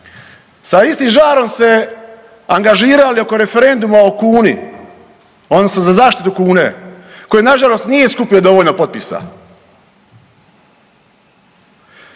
sa istim žarom se angažirali oko referenduma o kuni odnosno za zaštitu kune koji nažalost nije skupio dovoljno potpisa.